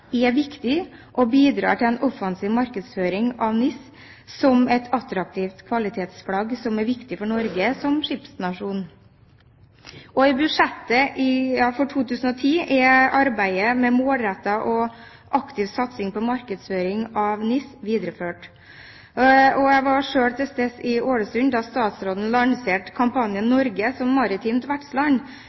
en offensiv markedsføring av NIS som et attraktivt kvalitetsflagg, som er viktig for Norge som skipsnasjon. I budsjettet for 2010 er arbeidet med målrettet og aktiv satsing på markedsføring av NIS videreført. Jeg var selv til stede i Ålesund da statsråden lanserte kampanjen «Norge som maritimt vertsland»